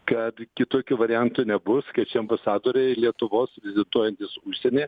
kad kitokių variantų nebus kai čia ambasadoriai lietuvos vizituojantys užsienyje